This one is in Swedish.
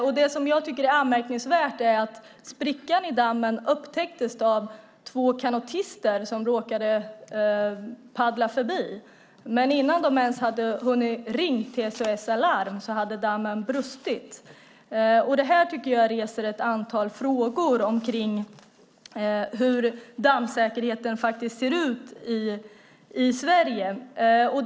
Jag tycker att det är anmärkningsvärt att sprickan i dammen upptäcktes av två kanotister som råkade paddla förbi, och innan de ens hade hunnit ringa till SOS Alarm hade dammen brustit. Jag tycker att detta reser ett antal frågor om hur dammsäkerheten faktiskt ser ut i Sverige.